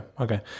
okay